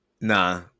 Nah